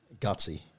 gutsy